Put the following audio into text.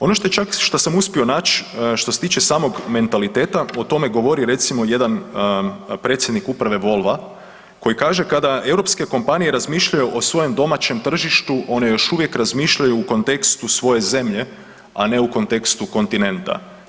Ono što čak što sam uspio naći što se tiče samog mentaliteta o tome je govorio jedan predsjednik uprave Volva koji kaže kada europske kompanije razmišljaju o svojem domaćem tržištu one još uvijek razmišljaju u kontekstu svoje zemlje, a ne u kontekstu kontinenta.